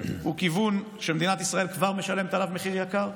הוא כיוון שמדינת ישראל כבר משלמת עליו מחיר יקר.